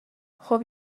خوب